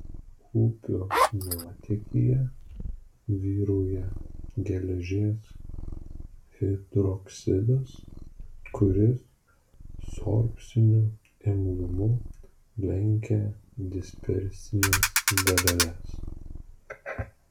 upių nuotėkyje vyrauja geležies hidroksidas kuris sorbciniu imlumu lenkia dispersines daleles